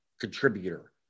contributor